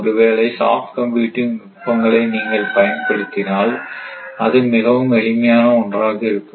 ஒருவேளை soft computing நுட்பங்களை நீங்கள் பயன்படுத்தினால் இது மிகவும் எளிமையான ஒன்றாக இருக்கும்